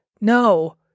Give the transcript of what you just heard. No